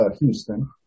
Houston